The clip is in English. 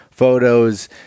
Photos